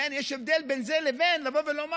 יש הבדל בין זה לבין לומר: